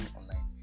online